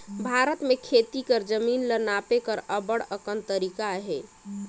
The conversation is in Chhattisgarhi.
भारत में खेती कर जमीन ल नापे कर अब्बड़ अकन तरीका अहे